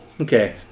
Okay